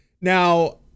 Now